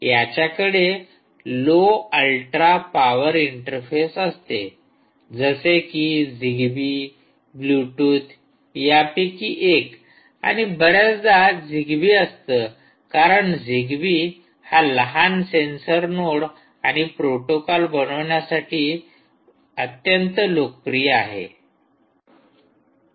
याच्याकडे low ultra power interface असते जसे की झिगबी ब्लूटूथ यापैकी एक आणि बऱ्याचदा झिगबी असतं कारण झिगबी लहान सेंसर नोड आणि प्रोटोकॉल बनवण्यासाठी अत्यंत लोकप्रिय आहे